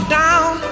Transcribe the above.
down